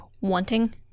wanting